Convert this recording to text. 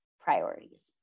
priorities